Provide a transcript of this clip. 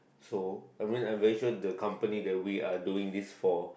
so I mean I'm very sure the company that we are doing this for